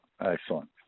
Excellent